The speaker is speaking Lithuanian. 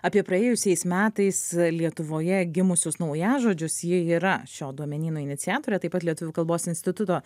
apie praėjusiais metais lietuvoje gimusius naujažodžius ji yra šio duomenyno iniciatorė taip pat lietuvių kalbos instituto